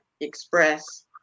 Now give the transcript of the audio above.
express